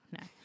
no